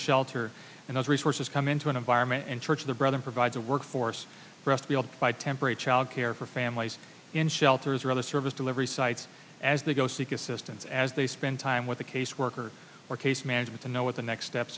a shelter and those resources come into an environment and church the brother provides a workforce for us to be able to buy temporary child care for families in shelters or other service delivery sites as they go seek assistance as they spend time with the caseworker or case manager to know what the next step